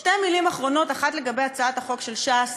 שתי מילים אחרונות, אחת לגבי הצעת החוק של ש"ס